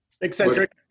eccentric